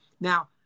Now